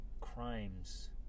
crimes